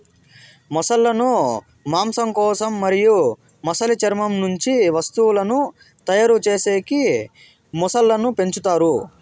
మొసళ్ళ ను మాంసం కోసం మరియు మొసలి చర్మం నుంచి వస్తువులను తయారు చేసేకి మొసళ్ళను పెంచుతారు